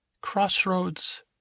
Crossroads